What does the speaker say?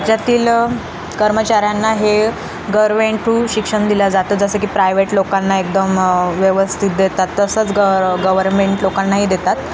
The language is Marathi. राज्यातील कर्मचऱ्यांना हे गर्मेंटू शिक्षण दिलं जातं जसं की प्रायवेट लोकांना एकदम व्यवस्थित देतात तसंच ग गव्हर्मेंट लोकांनाही देतात